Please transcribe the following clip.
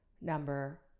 number